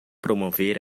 promover